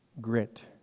grit